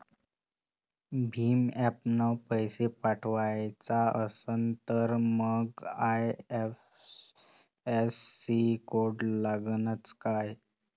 भीम ॲपनं पैसे पाठवायचा असन तर मंग आय.एफ.एस.सी कोड लागनच काय?